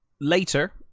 later